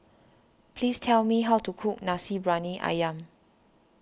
please tell me how to cook Nasi Briyani Ayam